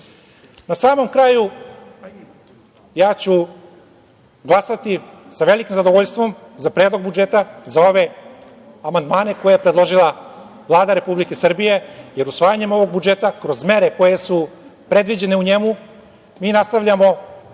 samom kraju ja ću glasati sa veliki zadovoljstvom za Predlog budžeta, za ove amandmane koje je predložila Vlada Republike Srbije, jer usvajanjem ovog budžeta kroz mere koje su predviđene u njemu mi nastavljamo